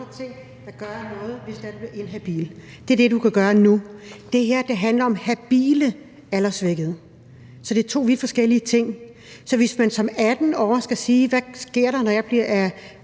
Det er det, du kan gøre nu. Det her handler om habile alderssvækkede. Så det er to vidt forskellige ting, og hvis man som 18-årig skal sige noget om, hvad der sker, når man er